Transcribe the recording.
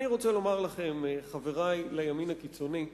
אני רוצה לומר לכם, חברי לימין הקיצוני,